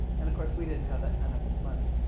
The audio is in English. and of course, we didn't have that kind of money.